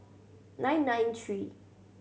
nine nine three